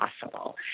possible